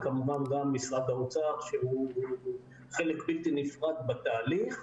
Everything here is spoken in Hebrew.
וכמובן שגם בפני משרד האוצר שהוא חלק בלתי נפרד בתהליך.